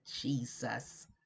Jesus